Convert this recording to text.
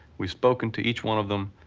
we've spoken to each one of them.